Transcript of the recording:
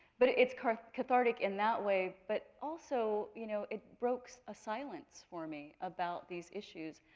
but it's kind of cathartic in that way, but also you know it broke a silence for me about these issues.